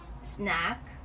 snack